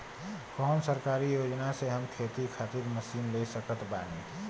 कौन सरकारी योजना से हम खेती खातिर मशीन ले सकत बानी?